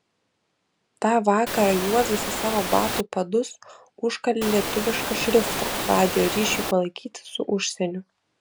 tą vakarą juozas į savo batų padus užkalė lietuvišką šriftą radijo ryšiui palaikyti su užsieniu